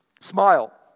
Smile